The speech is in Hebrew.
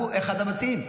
הוא אחד המציעים.